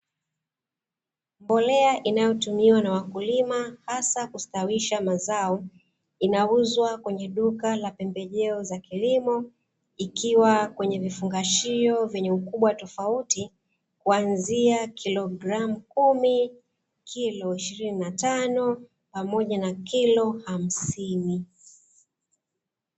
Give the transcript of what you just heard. Mbolea inayotumiwa na wakulima, hasa kustawisha mazao, inauzwa kwenye duka la pembejeo za kilimo, ikiwa kwenye vifungashio vyenye ukubwa tofauti, kuanzia kilogramu kumi, kilo ishirini na tano pamoja na kilo hamsini.